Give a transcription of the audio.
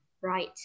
right